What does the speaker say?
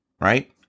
right